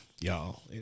y'all